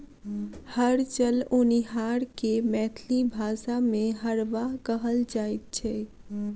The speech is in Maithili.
हर चलओनिहार के मैथिली भाषा मे हरवाह कहल जाइत छै